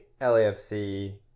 LAFC